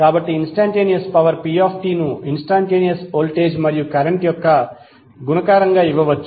కాబట్టి instantaneous power p ను instantaneous voltage మరియు కరెంట్ యొక్క గుణకారం గా ఇవ్వవచ్చు